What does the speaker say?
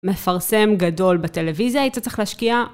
מפרסם גדול בטלוויזיה, היית צריך להשקיע